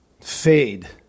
fade